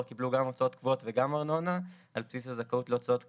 קיבלו גם הוצאות קבועות וגם ארנונה על בסיס הזכאות להוצאות קבועות.